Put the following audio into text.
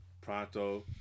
Pronto